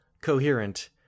coherent